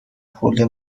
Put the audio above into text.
پول